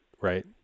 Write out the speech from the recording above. right